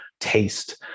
taste